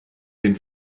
den